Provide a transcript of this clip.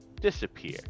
disappear